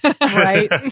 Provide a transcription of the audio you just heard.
Right